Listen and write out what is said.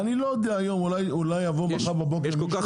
כי אני לא יודע אם מחר בבוקר לא יבוא מישהו ויגיד